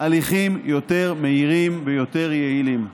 הליכים יותר מהירים ויותר יעילים.